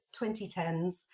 2010s